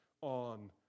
on